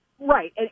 Right